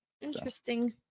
Interesting